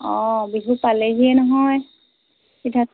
অ বিহু পালেহিয়ে নহয় পিঠা